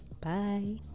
Bye